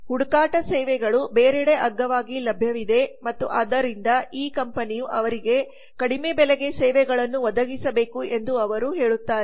ಹುಡುಕಾಟ ಸೇವೆಗಳು ಬೇರೆಡೆ ಅಗ್ಗವಾಗಿ ಲಭ್ಯವಿದೆ ಮತ್ತು ಆದ್ದರಿಂದ ಈ ಕಂಪನಿಯು ಅವರಿಗೆ ಕಡಿಮೆ ಬೆಲೆಗೆ ಸೇವೆಗಳನ್ನು ಒದಗಿಸಬೇಕು ಎಂದು ಅವರು ಹೇಳುತ್ತಿದ್ದರು